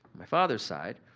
my father's side,